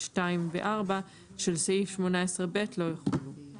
(2) ו-(4) של סעיף 18ב לא יחולו".